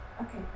Okay